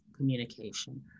communication